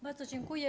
Bardzo dziękuję.